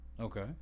okay